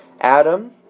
Adam